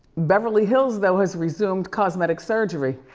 beverly hills though has resumed cosmetic surgery.